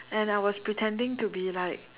and I was pretending to be like